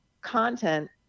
content